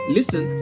Listen